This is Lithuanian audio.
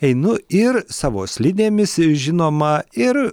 einu ir savo slidėmis žinoma ir